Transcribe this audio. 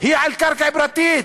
היא על קרקע פרטית.